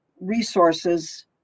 resources